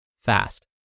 fast